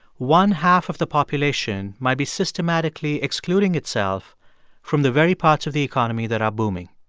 one half of the population might be systematically excluding itself from the very parts of the economy that are booming.